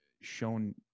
shown